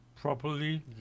properly